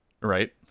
Right